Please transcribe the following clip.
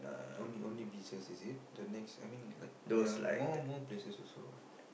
only only beaches is it the next I mean like there are more more places also what